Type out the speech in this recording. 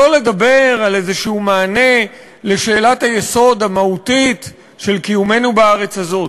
שלא לדבר על מענה כלשהו לשאלת היסוד המהותית של קיומנו בארץ הזאת,